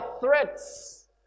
threats